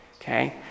okay